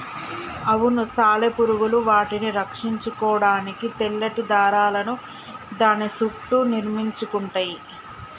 అవును సాలెపురుగులు వాటిని రక్షించుకోడానికి తెల్లటి దారాలను దాని సుట్టూ నిర్మించుకుంటయ్యి